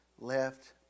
left